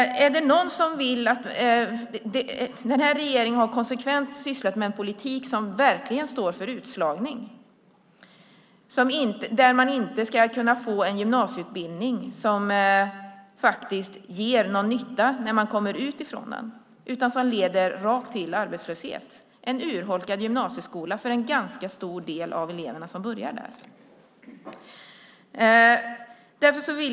Den här regeringen har konsekvent bedrivit en politik som verkligen står för utslagning där man inte ska kunna få en gymnasieutbildning som ger någon nytta när man kommer ut från den utan som leder rakt till arbetslöshet. Det är en urholkad gymnasieskola för en ganska stor del av eleverna som börjar där.